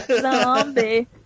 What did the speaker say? zombie